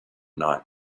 night